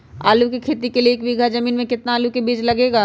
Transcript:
आलू की खेती के लिए एक बीघा जमीन में कितना आलू का बीज लगेगा?